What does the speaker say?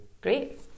Great